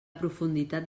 profunditat